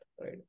right